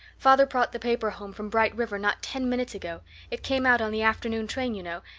father brought the paper home from bright river not ten minutes ago it came out on the afternoon train, you know,